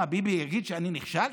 מה, ביבי יגיד: אני נכשלתי?